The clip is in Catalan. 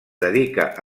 dedica